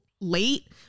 late